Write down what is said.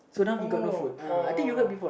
cool oh oh oh